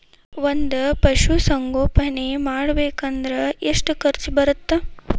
ಒಂದ್ ಪಶುಸಂಗೋಪನೆ ಮಾಡ್ಬೇಕ್ ಅಂದ್ರ ಎಷ್ಟ ಖರ್ಚ್ ಬರತ್ತ?